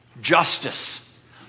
Justice